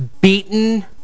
beaten